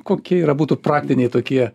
kokie yra būtų praktiniai tokie